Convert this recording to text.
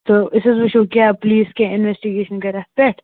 تہٕ أسۍ حظ وٕچھو کیٛاہ پُلیٖس کیٛاہ اِنوٮ۪سٹِگیشَن کَرِ اَتھ پٮ۪ٹھ